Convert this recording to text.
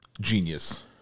genius